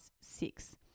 six